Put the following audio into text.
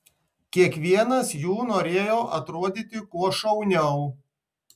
kiekvienas jų norėjo atrodyti kuo šauniau